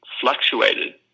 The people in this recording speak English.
fluctuated